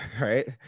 right